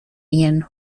ian